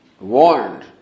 warned